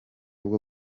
bwo